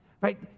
Right